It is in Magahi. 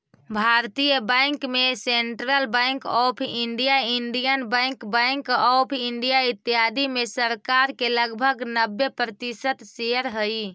भारतीय बैंक में central bank of India, Indian bank, bank of India, इत्यादि में सरकार के लगभग नब्बे प्रतिशत शेयर हइ